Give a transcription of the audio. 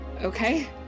okay